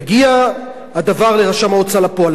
מגיע הדבר לרשם ההוצאה לפועל,